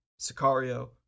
Sicario